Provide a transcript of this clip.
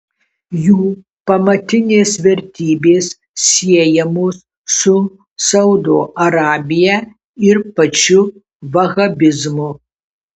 jų pamatinės vertybės siejamos su saudo arabija ir pačiu vahabizmu